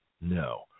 No